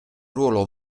ruolo